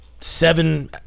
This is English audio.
seven